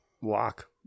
walk